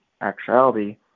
actuality